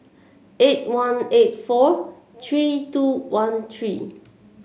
eight one eight four three two one three